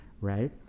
right